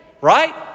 right